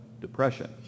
depression